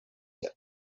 yet